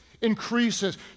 increases